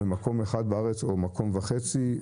במקום אחד בארץ או במקום וחצי?